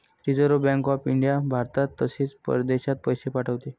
reserve bank of India भारतात तसेच परदेशात पैसे पाठवते